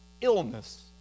illness